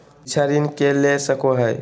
शिक्षा ऋण के ले सको है?